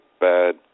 bad